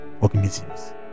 organisms